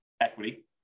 equity